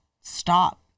stop